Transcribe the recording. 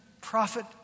prophet